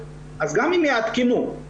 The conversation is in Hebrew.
אז גם אם יעדכנו,